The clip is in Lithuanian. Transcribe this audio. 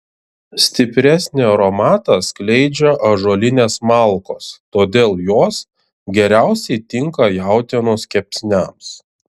stipresnį aromatą skleidžia ąžuolinės malkos todėl jos geriausiai tinka jautienos kepsniams